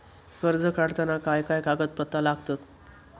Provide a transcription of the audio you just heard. कर्ज काढताना काय काय कागदपत्रा लागतत?